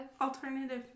Alternative